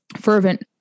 fervent